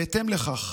בהתאם לכך,